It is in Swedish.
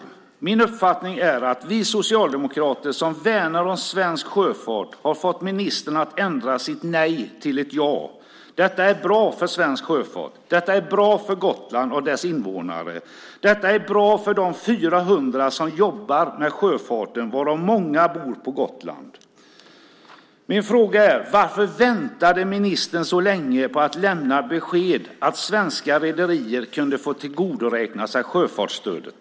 Det är min uppfattning att vi socialdemokrater, som värnar om svensk sjöfart, har fått ministern att ändra sitt nej till ett ja. Det är bra för svensk sjöfart. Det är bra för Gotland och dess invånare. Det är bra för de 400 som jobbar med sjöfarten, varav många bor på Gotland. Min fråga är: Varför väntade ministern så länge med att lämna besked att svenska rederier kunde få tillgodoräkna sig sjöfartsstödet?